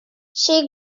she